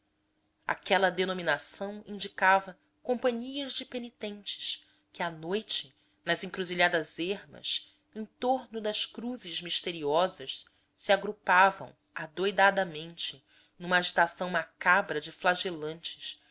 aquela denominação indicava companhias de penitentes que à noite nas encruzilhadas ermas em torno das cruzes misteriosas se agrupavam adoudadamente numa agitação macabra de